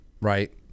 right